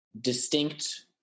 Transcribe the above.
distinct